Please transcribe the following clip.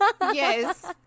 Yes